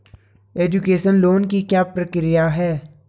Education loan की क्या प्रक्रिया है?